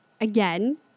Again